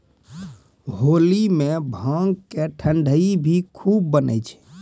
होली मॅ भांग के ठंडई भी खूब बनै छै